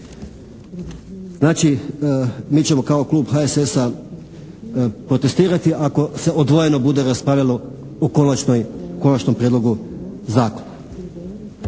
Znači mi ćemo kao Klub HSS-a protestirati ako se odvojeno bude raspravljalo o konačnoj, konačnom prijedlogu zakona.